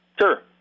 sure